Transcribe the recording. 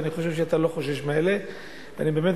ואני חושב שאתה לא חושש מאלה.